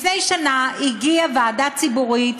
לפני שנה הופיעה ועדה ציבורית,